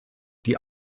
die